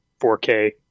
4k